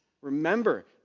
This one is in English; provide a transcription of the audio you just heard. Remember